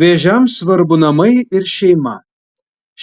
vėžiams svarbu namai ir šeima